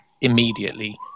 immediately